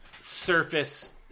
surface